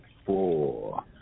Four